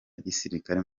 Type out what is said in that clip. gisirikare